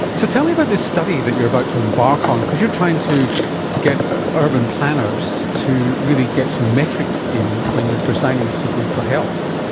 so tell me about this study that you are about to embark on, because you are trying to get urban planners to really get some metrics in when you are designing a city for health.